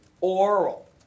oral